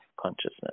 consciousness